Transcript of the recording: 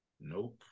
Nope